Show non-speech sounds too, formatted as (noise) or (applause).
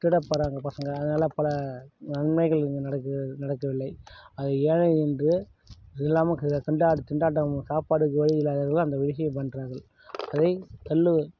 திருடப்படுறாங்க பசங்கள் அதனால பல நன்மைகள் இங்கே நடக்க நடக்கவில்லை அது ஏழை இன்று இல்லாமல் (unintelligible) திண்டாட்டு திண்டாட்டம் சாப்பாடுக்கு வழி இல்லாதவர்கள் அந்த விஷயம் பண்ணுறார்கள் வை கல்